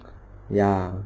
ya